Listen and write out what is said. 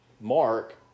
mark